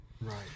Right